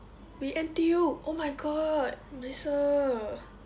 we N_T_U oh my god nicer